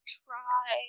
try